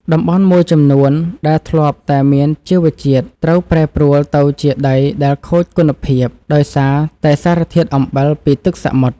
តំបន់មួយចំនួនដែលធ្លាប់តែមានជីជាតិត្រូវប្រែប្រួលទៅជាដីដែលខូចគុណភាពដោយសារតែសារធាតុអំបិលពីទឹកសមុទ្រ។